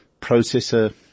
processor